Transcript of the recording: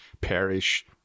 perish